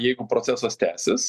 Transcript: jeigu procesas tęsis